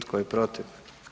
Tko je protiv?